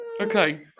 Okay